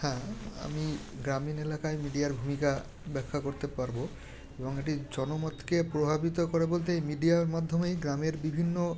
হ্যাঁ আমি গ্রামীণ এলাকায় মিডিয়ার ভূমিকা ব্যাখ্যা করতে পারব এবং এটি জনমতকে প্রভাবিত করে বলতে এই মিডিয়ার মাধ্যমেই গ্রামের বিভিন্ন